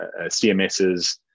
CMSs